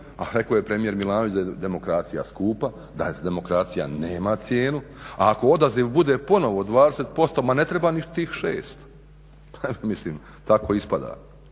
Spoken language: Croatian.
a rekao je premijer Milanović da je demokracija skupa, da demokracija nema cijenu. A ako odaziv bude ponovo 20% ma ne treba ni tih 6, pa mislim tako ispada